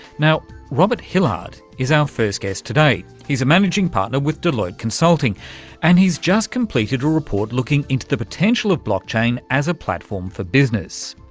now, robert hillard is our first guest today. he's a managing partner with deloitte consulting and he's just completed a report looking into the potential of blockchain as a platform for business.